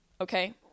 Okay